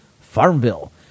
Farmville